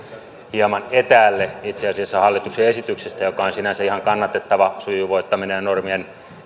hieman etäälle hallituksen esityksestä mikä on sinänsä ihan kannatettavaa sujuvoittaminen ja normien